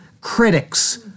critics